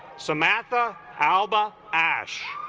samantha alba ash